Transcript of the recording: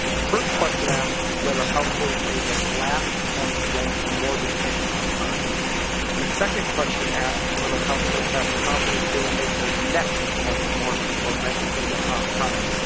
the first question asks whether households made their last month's rent or mortgage payment on time. and the second question asks whether households have confidence they will make their next month's mortgage or rent payment on time.